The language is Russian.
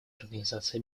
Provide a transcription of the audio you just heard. организации